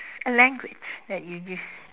a language that you use